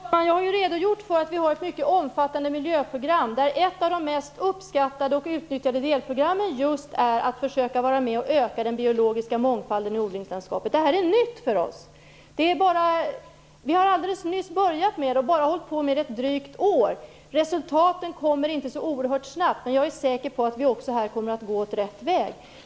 Herr talman! Jag har redogjort för att vi har ett mycket omfattande miljöprogram där ett av de mest uppskattade och utnyttjade delprogrammen just är att försöka vara med och öka den biologiska mångfalden i odlingslandskapet. Det här är nytt för oss. Vi har alldeles nyss börjat med det. Vi har bara hållit på med det drygt ett år. Resultaten kommer inte så snabbt. Jag är säker på att vi också här kommer att gå åt rätt håll.